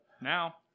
Now